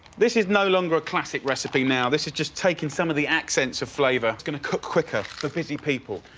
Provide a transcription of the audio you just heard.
this is no longer a classic recipe now, this is just taking some of the accents of flavour. it's gonna cook quicker, for busy people.